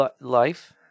life